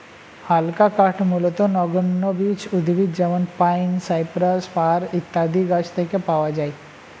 হালকা কাঠ মূলতঃ নগ্নবীজ উদ্ভিদ যেমন পাইন, সাইপ্রাস, ফার ইত্যাদি গাছের থেকে পাওয়া যায়